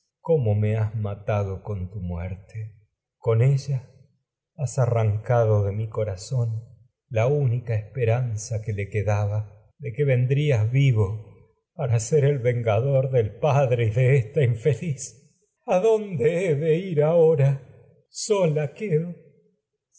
cómo me has matado con tu muerte con ella has le que arrancado de mi corazón la única esperanza que daba de y que vendrías vivo para ser el vengador del padre de esta y infeliz adonde he de ir ahora sola quedo